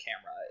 camera